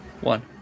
one